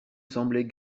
semblait